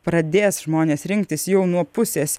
pradės žmonės rinktis jau nuo pusės